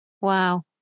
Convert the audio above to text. Wow